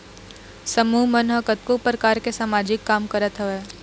समूह मन ह कतको परकार के समाजिक काम करत हवय